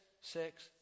six